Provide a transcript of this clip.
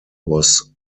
was